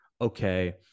okay